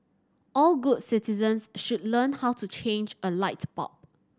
all good citizens should learn how to change a light bulb